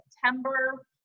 September